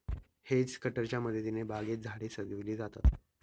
hedge कटरच्या मदतीने बागेत झाडे सजविली जातात